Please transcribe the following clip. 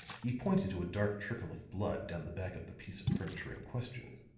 he pointed to a dark trickle of blood down the back of the piece of furniture in question.